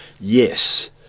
yes